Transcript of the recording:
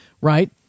right